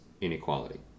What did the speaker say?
inequality